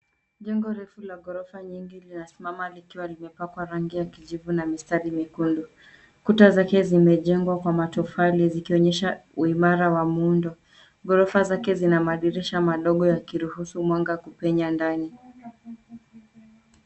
Jengo refu la ghorofa nyingi linasimama likiwa limepakwa rangi ya kijivu na mistari miekundu. Kuta zake zimejengwa kwa matofali zikionyesha uimara wa muundo. Ghorofa zake zina madirisha madogo yakiruhusu mwanga kupenya ndani.